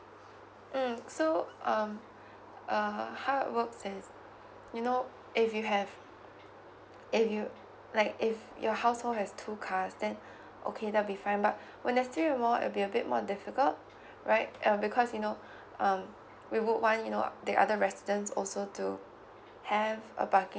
mm so um uh how it works is you know if you have if you like if your household has two cars then okay that'll be fine but when there's three or more it'll be a bit more difficult right uh because you know um we would want you know the other residents also to have a parking